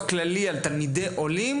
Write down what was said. כללי על תלמידי עולים,